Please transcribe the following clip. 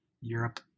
Europe